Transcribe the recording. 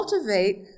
cultivate